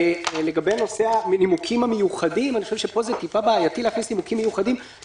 לגבי "מנימוקים מיוחדים" אני חושב שפה זה טיפה בעייתי להכניס כי הרבה